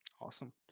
Awesome